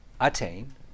attain